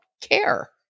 care